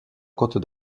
côte